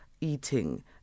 eating